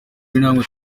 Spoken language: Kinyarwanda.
namwe